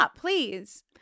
please